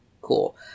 Cool